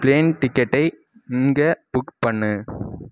train டிக்கெட்டை இங்கே book பண்ணு